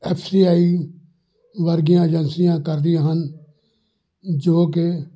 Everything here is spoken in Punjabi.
ਐੱਫ ਸੀ ਆਈ ਵਰਗੀਆਂ ਏਜੰਸੀਆਂ ਕਰਦੀਆਂ ਹਨ ਜੋ ਕਿ